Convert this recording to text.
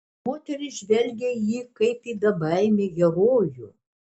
moterys žvelgė į jį kaip į bebaimį herojų